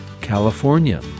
California